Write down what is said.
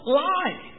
lie